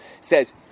says